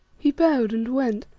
he bowed and went,